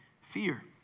fear